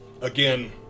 again